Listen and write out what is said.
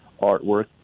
artwork